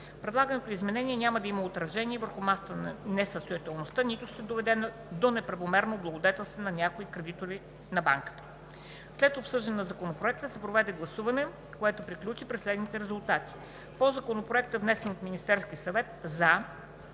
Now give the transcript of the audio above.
Предлаганото изменение няма да има отражение върху масата на несъстоятелността, нито ще доведе до неправомерно облагодетелстване на някои от кредиторите на банката. След обсъждане на законопроектите се проведе гласуване, което приключи при следните резултати: по Законопроекта, внесен от Министерския съвет: „за“